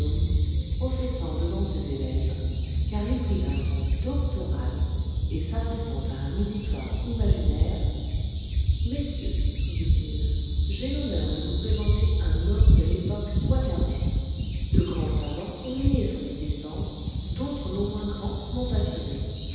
professant devant ses élèves car il prit un ton doctoral et s'adressant à un auditoire imaginaire messieurs dit-il j'ai l'honneur de vous présenter un homme de l'époque quaternaire de grands savants ont nié son existence d'autres non moins grands l'ont affirmée